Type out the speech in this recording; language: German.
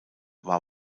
war